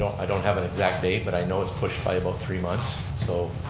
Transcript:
i don't have an exact date but i know it's pushed by about three months. so